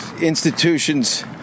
institutions